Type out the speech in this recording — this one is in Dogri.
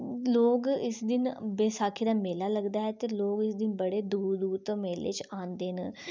लोग इस दिन बैसाखी दा मेला लगदा ऐ ते लोक इस दिन बड़े दूर दूर तों मेले च औंदे न